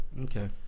Okay